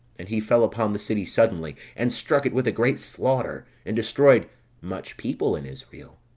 and he fell upon the city suddenly, and struck it with a great slaughter, and destroyed much people in israel.